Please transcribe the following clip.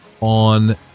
on